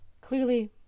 Clearly